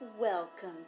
Welcome